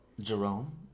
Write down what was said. Jerome